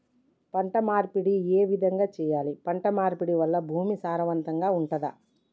పంట మార్పిడి ఏ విధంగా చెయ్యాలి? పంట మార్పిడి వల్ల భూమి సారవంతంగా ఉంటదా?